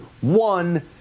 one